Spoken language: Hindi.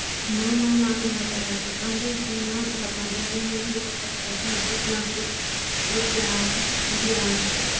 नहीं महीना में होता है तो पन्द्रहे दिन में होता है पन्द्रह दिन में भी वापस करते हैं कुछ ना कुछ रुपैया ब्याज़